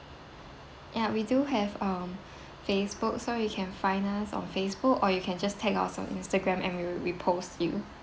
ya we do have uh facebook so you can find us on facebook or you can just tag our instagram and we will repost you